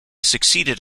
succeeded